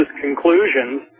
conclusions